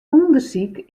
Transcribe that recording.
ûndersyk